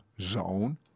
zone